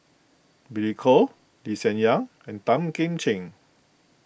Billy Koh Lee Hsien Yang and Tan Kim Ching